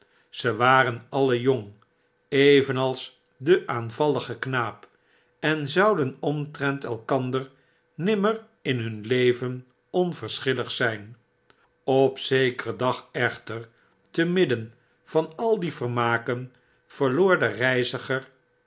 zy waren alien jong evenals de aanvallige knaap en zouden omtrent elkander nimmer in hun leven onverschillig zijn op zekeren dag echter te midden van al die vermaken verloor de reiziger